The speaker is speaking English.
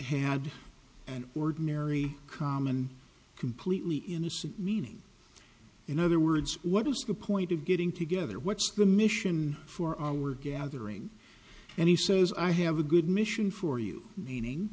had an ordinary common completely innocent meaning in other words what is the point of getting together what's the mission for our gathering and he says i have a good mission for you meaning